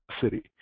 city